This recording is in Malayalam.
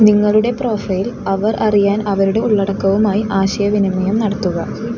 നിങ്ങളുടെ പ്രൊഫൈൽ അവർ അറിയാൻ അവരുടെ ഉള്ളടക്കവുമായി ആശയവിനിമയം നടത്തുക